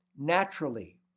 naturally